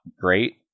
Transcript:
great